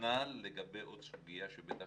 כנ"ל לגבי עוד סוגיה שבטח